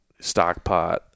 stockpot